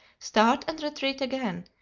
start and retreat again,